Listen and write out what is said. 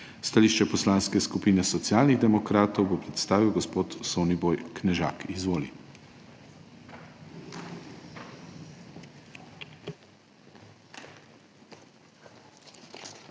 Stališče Poslanske skupine Socialnih demokratov bo predstavil gospod Soniboj Knežak. Izvoli.